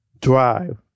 drive